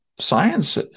Science